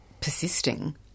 persisting